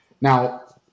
Now